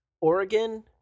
Oregon